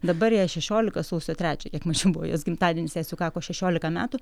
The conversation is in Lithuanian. dabar jai šešiolika sausio trečią kiek mačiau buvo jos gimtadienis jai sukako šešiolika metų